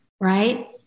Right